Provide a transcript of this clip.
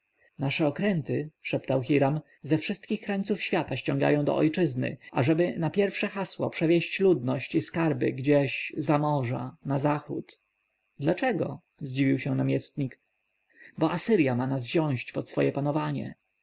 nasze okręty szeptał hiram ze wszystkich krańców świata ściągają do ojczyzny ażeby na pierwsze hasło przewieźć ludność i skarby gdzieś za morza na zachód dlaczego zdziwił się namiestnik bo asyrja ma nas wziąć pod swoje panowanie